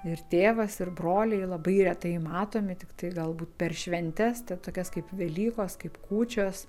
ir tėvas ir broliai labai retai matomi tiktai galbūt per šventes tokias kaip velykos kaip kūčios